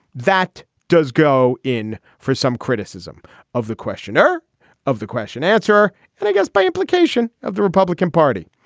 that does go in for some criticism of the questioner of the question answer and i guess by implication of the republican party.